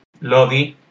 Lodi